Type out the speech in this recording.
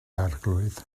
arglwydd